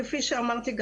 כפי שאמרתי,